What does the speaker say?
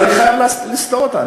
אז אני חייב לסתור אותה.